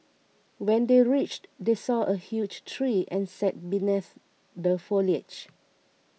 when they reached they saw a huge tree and sat beneath the foliage